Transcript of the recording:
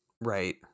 Right